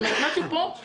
זאת אומרת, משהו פה,